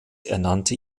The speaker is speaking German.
ernannte